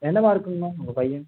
என்ன மார்க்குங்கமா உங்கள் பையன்